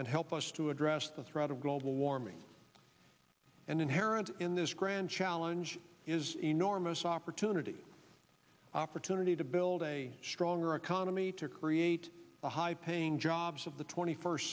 and how us to address the threat of global warming and inherent in this grand challenge is enormous opportunity opportunity to build a stronger economy to create the high paying jobs of the twenty first